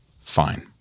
Fine